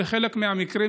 בחלק מהמקרים,